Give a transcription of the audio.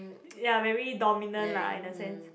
ya very dominant lah in the sense